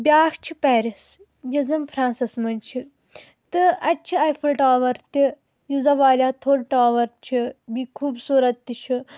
بیٛاکھ چھِ پیرِس یۄس زن فرٛانٛسَس منٛز چھِ تہٕ اَتہِ چھِ اَیفٕل ٹاوَر تہِ یُس زن واریاہ تھوٚد ٹاوَر چھِ بیٚیہِ خوٗبصوٗرت تہِ چھُ